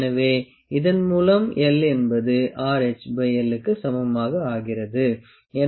எனவே இதன் மூலம் l RhL க்கு சமமாக ஆகிறது